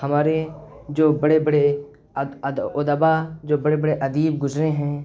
ہمارے جو بڑے بڑے ادبا جو بڑے بڑے ادیب گزرے ہیں